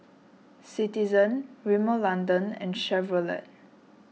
Citizen Rimmel London and Chevrolet